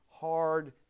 hard